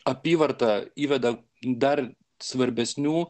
apyvartą įveda dar svarbesnių